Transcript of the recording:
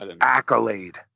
Accolade